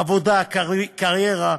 עבודה וקריירה,